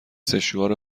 سشوار